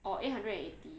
or eight hundred and eighty